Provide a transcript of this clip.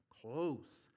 close